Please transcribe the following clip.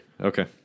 Okay